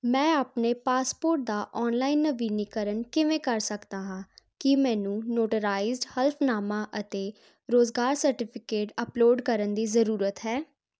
ਮੈਂ ਆਪਣੇ ਪਾਸਪੋਰਟ ਦਾ ਔਨਲਾਈਨ ਨਵੀਨੀਕਰਨ ਕਿਵੇਂ ਕਰ ਸਕਦਾ ਹਾਂ ਕੀ ਮੈਨੂੰ ਨੋਟਰਾਈਜ਼ਡ ਹਲਫ਼ਨਾਮਾ ਅਤੇ ਰੁਜ਼ਗਾਰ ਸਰਟੀਫਿਕੇਟ ਅਪਲੋਡ ਕਰਨ ਦੀ ਜ਼ਰੂਰਤ ਹੈ